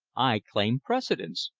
i claim precedence,